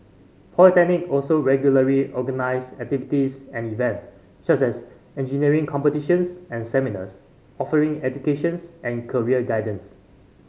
polytechnic also regularly organise activities and events such as engineering competitions and seminars offering educations and career guidance